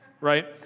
right